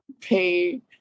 pay